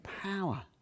power